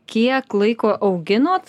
kiek laiko auginot